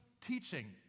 teaching